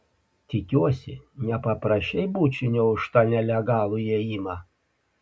tikiuosi nepaprašei bučinio už tą nelegalų įėjimą